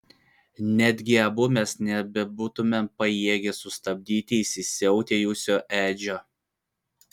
netgi abu mes nebūtumėm pajėgę sustabdyti įsisiautėjusio edžio